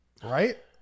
Right